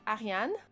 Ariane